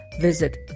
visit